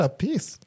peace